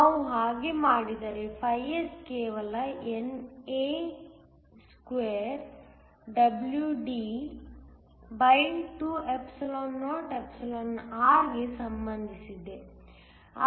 ನಾವು ಹಾಗೆ ಮಾಡಿದರೆ S ಕೇವಲ NAe2WD2or ಗೆ ಸಂಬಂಧಿಸಿದೆ